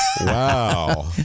Wow